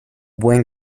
buen